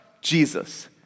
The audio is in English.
Jesus